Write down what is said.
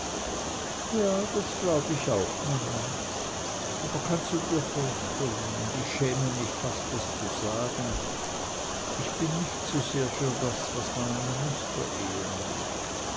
ja das glaube ich auch mama aber kannst du dir vorstellen und ich schäme mich fast es zu sagen ich bin nicht so sehr für das was man eine musterehe nennt